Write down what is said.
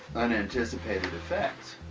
unanticipated effects.